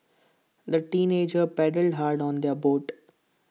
the teenagers paddled hard on their boat